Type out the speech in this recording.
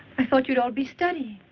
i thought you'd all be studying.